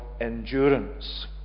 endurance